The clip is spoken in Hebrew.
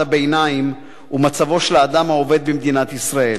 הביניים ומצבו של האדם העובד במדינת ישראל.